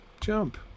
Jump